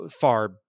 far